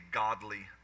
godly